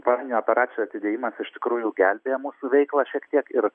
planinių operacijų atidėjimas iš tikrųjų gelbėja mūsų veiklą šiek tiek ir